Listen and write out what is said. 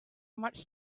much